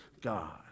God